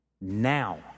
now